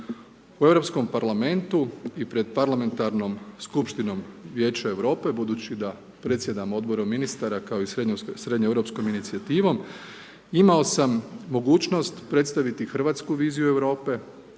U Europskom parlamentu i pred parlamentarnom skupštinom Vijeća Europe budući da predsjedam Odborom ministara kao i srednjoeuropskom inicijativom, imao sam mogućnost predstaviti hrvatsku viziju Europe